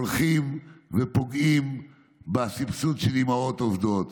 הולכים ופוגעים בסבסוד של אימהות עובדות.